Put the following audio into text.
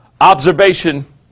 Observation